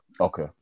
Okay